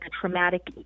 traumatic